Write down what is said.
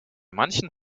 manchen